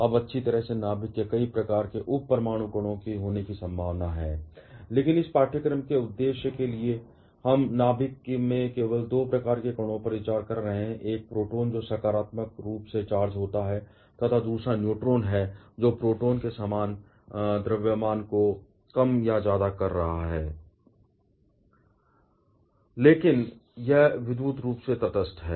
अब अच्छी तरह से नाभिक में कई प्रकार के उप परमाणु कणों के होने की संभावना है लेकिन इस पाठ्यक्रम के उद्देश्य के लिए हम नाभिक में केवल दो प्रकार के कणों पर विचार कर रहे हैं एक है प्रोटॉन जो सकारात्मक रूप से चार्ज होता है और दूसरा न्यूट्रॉन है जो प्रोटॉन के समान द्रव्यमान को कम या ज्यादा कर रहा है लेकिन यह विद्युत रूप से तटस्थ है